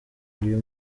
uyu